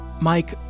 Mike